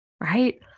right